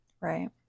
right